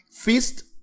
feast